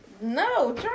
No